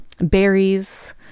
berries